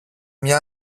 μια